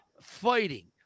fighting